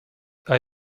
are